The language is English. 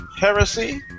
heresy